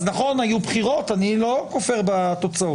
אז נכון היו בחירות אני לא כופר בתוצאות,